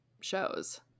shows